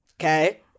Okay